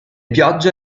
piogge